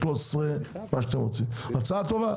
13. הצעה טובה.